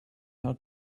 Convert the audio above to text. how